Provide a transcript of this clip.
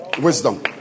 Wisdom